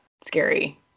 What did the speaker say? scary